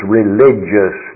religious